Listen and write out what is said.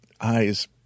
eyes